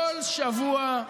כל שבוע.